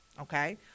Okay